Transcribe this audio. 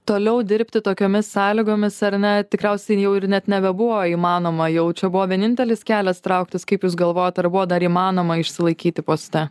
toliau dirbti tokiomis sąlygomis ar ne tikriausiai jau ir net nebebuvo įmanoma jau čia buvo vienintelis kelias trauktis kaip jūs galvojot ar buvo dar įmanoma išsilaikyti poste